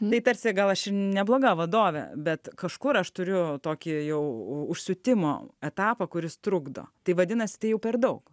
tai tarsi gal aš ir nebloga vadovė bet kažkur aš turiu tokį jau užsiutimo etapą kuris trukdo tai vadinas tai jau per daug